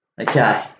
Okay